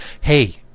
hey